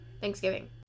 Thanksgiving